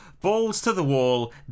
balls-to-the-wall